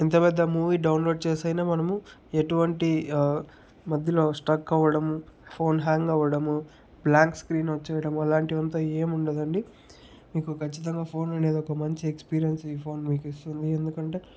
ఎంత పెద్ద movie download చేసి అయినా మనము ఎటువంటి మధ్యలో స్ట్రక్ అవ్వడం ఫోన్ హ్యాంగ్ అవ్వడం బ్లాంక్ స్క్రీన్ వచ్చేయడమూ అలాంటివంత ఏమి ఉండదండి మీకు ఖచ్చితంగా ఫోన్ అనేది ఒక మంచి ఎక్స్పీరియన్స్ ఈ ఫోన్ మీకు ఇస్తుంది ఎందుకంటే